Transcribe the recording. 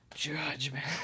Judgment